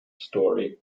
story